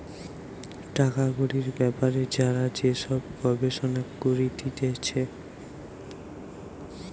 টাকা কড়ির বেপারে যারা যে সব গবেষণা করতিছে